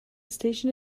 station